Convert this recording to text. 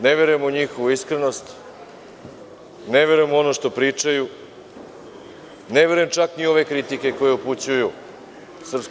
Ne verujem u njihovu iskrenost, ne verujem u ono što pričaju, ne verujem čak ni u ove kritike koje upućuju SNS.